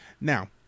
Now